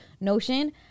notion